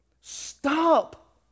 Stop